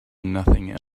nothing